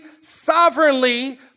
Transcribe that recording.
sovereignly